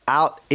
out